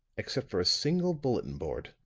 except for a single bulletin-board,